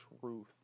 truth